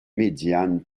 médiane